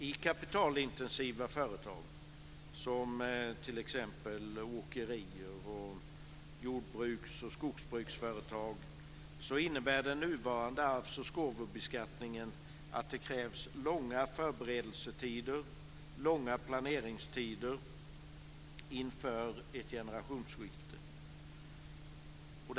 I kapitalintensiva företag som t.ex. åkerier och jordbruks och skogsbruksföretag innebär den nuvarande arvs och gåvobeskattningen att det krävs långa planerings och förberedelsetider inför ett generationsskifte.